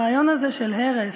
הרעיון הזה, של הֶרֶף,